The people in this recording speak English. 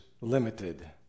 limited